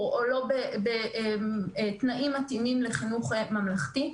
או לא בתנאים מתאימים לחינוך ממלכתי.